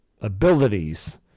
abilities